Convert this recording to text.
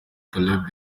caleb